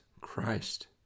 Christ